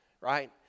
right